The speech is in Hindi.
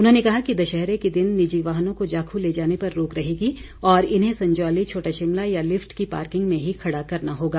उन्होंने कहा कि दशहरे के दिन निजी वाहनों को जाखू ले जाने पर रोक रहेगी और इन्हें संजौली छोटा शिमला या लिफट की पार्किंग में ही खड़ा करना होगा